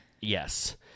Yes